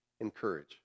Encourage